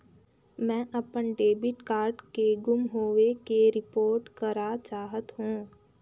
मैं अपन debit card के गुम होवे के रिपोर्ट करा चाहत हों